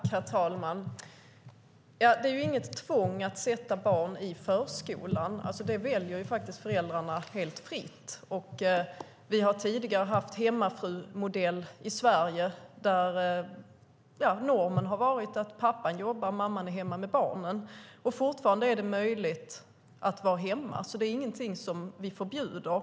Herr talman! Det är inget tvång att sätta barn i förskolan; det väljer föräldrarna helt fritt. Vi har tidigare haft en hemmafrumodell i Sverige där normen har varit att pappan jobbar och mamman är hemma med barnen. Fortfarande är det möjligt att vara hemma, så det är ingenting vi förbjuder.